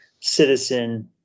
citizen